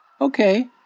Okay